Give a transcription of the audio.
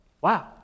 wow